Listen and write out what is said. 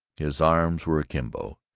his arms were akimbo.